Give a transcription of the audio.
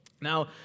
Now